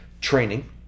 Training